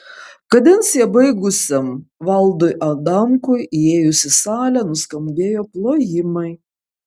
kadenciją baigusiam valdui adamkui įėjus į salę nuskambėjo plojimai